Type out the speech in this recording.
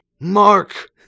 Mark